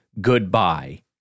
Goodbye